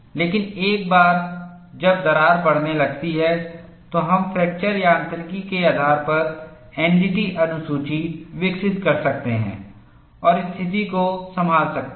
लेकिन एक बार जब दरार बढ़ने लगती है तो हम फ्रैक्चर यांत्रिकी के आधार पर एनडीटी अनुसूची विकसित कर सकते हैं और स्थिति को संभाल सकते हैं